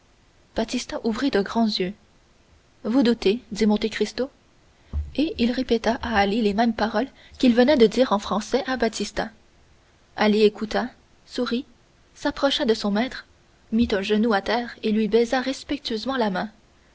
baptistin ouvrit de grands yeux vous doutez dit monte cristo et il répéta à ali les mêmes paroles qu'il venait de dire en français à baptistin ali écouta sourit s'approcha de son maître mit un genou à terre et lui baisa respectueusement la main